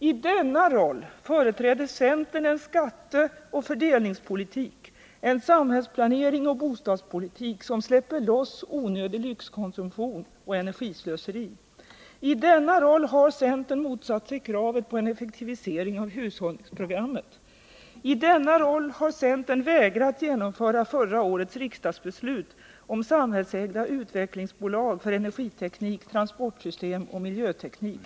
I denna roll företräder centern en skatteoch fördelningspolitik, en samhällsplanering och bostadspolitik som släpper loss onödig lyxkonsumtion och energislöseri. I denna roll har centern motsatt sig kravet på en effektivisering av hushållningsprogrammet. I denna roll har centern vägrat genomföra förra årets riksdagsbeslut om samhällsägda utvecklingsbolag för energiteknik, transportsystem och miljöteknik.